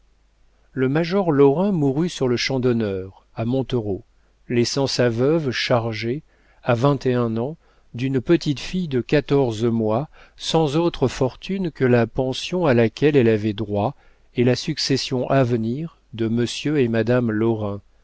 le major lorrain mourut sur le champ d'honneur à montereau laissant sa veuve chargée à vingt et un ans d'une petite fille de quatorze mois sans autre fortune que la pension à laquelle elle avait droit et la succession à venir de monsieur et madame lorrain